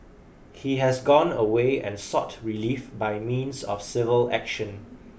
he has gone away and sought relief by means of civil action